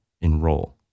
enroll